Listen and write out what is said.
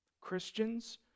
Christians